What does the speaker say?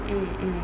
mm mm